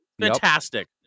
fantastic